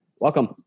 welcome